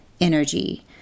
energy